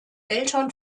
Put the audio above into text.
eltern